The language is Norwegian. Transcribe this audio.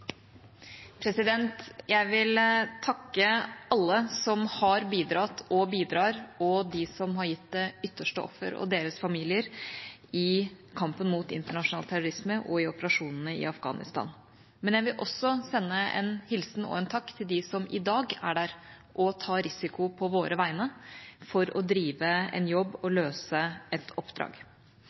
ytterste offer og deres familier, i kampen mot internasjonal terrorisme og i operasjonene i Afghanistan. Jeg vil også sende en hilsen og en takk til dem som i dag er der og tar risiko på våre vegne for å gjøre en jobb og løse et oppdrag.